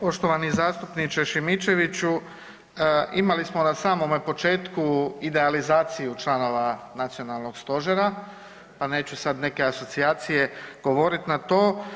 Poštovani zastupniče Šimičeviću, imali smo na samome početku idealizaciju članova nacionalnog stožera, pa neću sada neke asocijacije govoriti na to.